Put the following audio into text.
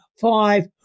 five